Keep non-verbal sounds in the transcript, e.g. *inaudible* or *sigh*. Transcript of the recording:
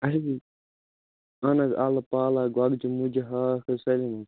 *unintelligible* اہن حظ اَلہٕ پالک گۄگجہِ مُجہٕ ہاکھ حظ سالم *unintelligible*